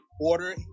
Order